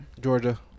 Georgia